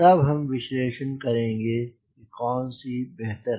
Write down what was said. तब हम विश्लेषण करेंगे कि कौन सी बेहतर है